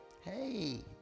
Hey